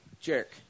jerk